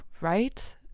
right